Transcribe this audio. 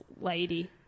lady